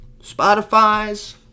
Spotify's